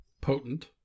Potent